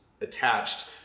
attached